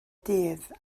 dydd